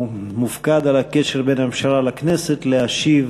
המופקד על הקשר בין הממשלה לכנסת, להשיב